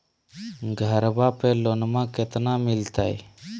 घरबा पे लोनमा कतना मिलते?